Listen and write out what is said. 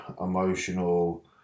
emotional